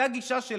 זה הגישה שלהם,